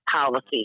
policy